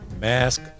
Mask